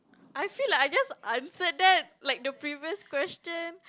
I feel like I just answered that like the previous question